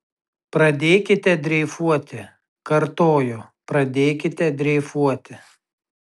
pradėkite dreifuoti kartoju pradėkite dreifuoti